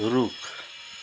रुख